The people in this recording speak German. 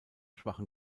schwachen